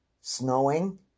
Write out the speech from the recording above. snowing